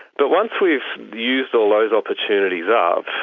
but once we've used all those opportunities up,